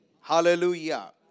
Hallelujah